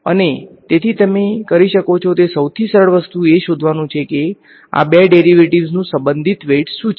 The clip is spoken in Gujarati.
અને તેથી તમે કરી શકો તે સૌથી સરળ વસ્તુ એ શોધવાનું છે કે આ બે ડેરિવેટિવ્ઝનું સંબંધિત વેઈટ્સ શું છે